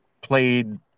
played